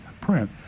print